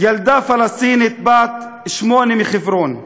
ילדה פלסטינית בת שמונה מחברון,